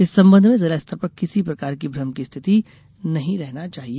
इस संबंध में जिला स्तर पर किसी प्रकार की भ्रम की स्थिति नहीं रहना चाहिए